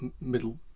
middle